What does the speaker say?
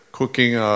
Cooking